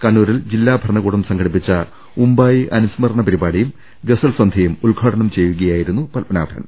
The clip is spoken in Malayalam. കണ്ണൂരിൽ ജില്ലാ ഭരണകൂടം സംഘടിപ്പിച്ച ഉമ്പായി അനുസ്മരണ പരിപ്പാടിയും ഗസൽ സന്ധ്യയും ഉദ്ഘാടനം ചെയ്യുകയായിരുന്നു പത്മനാഭൻ